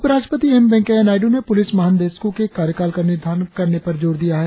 उपराष्ट्रपति एम वेंकैया नायडू ने पुलिस महानिदेशकों के कार्यकाल का निर्धारण करने का जोर दिया है